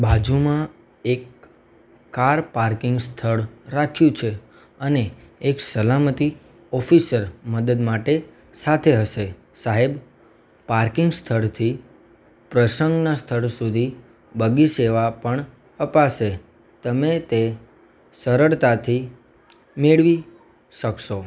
બાજુમાં એક car parking સ્થળ રાખ્યું છે અને એક સલામતી ઓફિસર મદદ માટે સાથે હશે સાહેબ પાર્કિંગ સ્થળથી પ્રસંગનાં સ્થળ સુધી બગી સેવા પણ અપાશે તમે તે સરળતાથી મેળવી શકશો